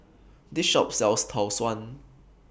This Shop sells Tau Suan